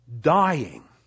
Dying